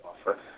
offer